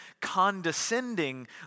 condescending